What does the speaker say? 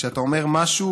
כשאתה אומר משהו